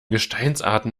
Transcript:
gesteinsarten